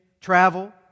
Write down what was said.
travel